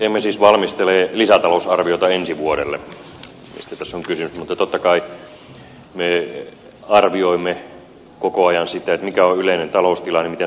emme siis valmistele lisätalousarviota ensi vuodelle mistä tässä oli kysymys mutta totta kai me arvioimme koko ajan sitä mikä on yleinen taloustilanne miten suomen pitää valmistautua siihen